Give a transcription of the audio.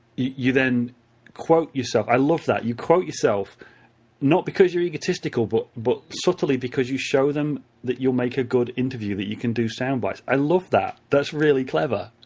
you then quote yourself, i love that. you quote yourself not because you're egotistical, but but subtly because you show them that you'll make a good interviewee, that you can do sound bites. i love that, that's really clever.